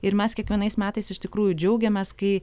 ir mes kiekvienais metais iš tikrųjų džiaugiamės kai